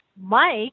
Mike